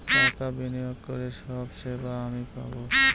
টাকা বিনিয়োগ করে সব সেবা আমি পাবো